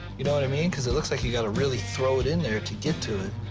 you know what i mean? cause it looks like you got to really throw it in there to get to it.